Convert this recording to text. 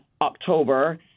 October